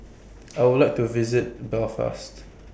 I Would like to visit Belfast